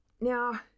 Now